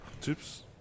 Tips